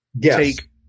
take